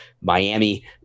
Miami